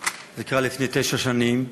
זה קרה לפני תשע שנים.